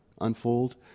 unfold